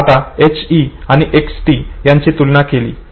आता H E आणि X T यांची तुलना केली